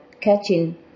catching